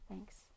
Thanks